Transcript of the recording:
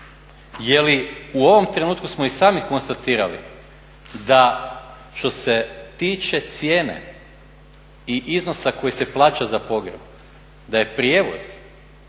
Je li u ovom trenutku smo i sami konstatirali da što se tiče cijene i iznosa koji se plaća za pogreb da je prijevoz